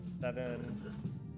seven